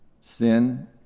sin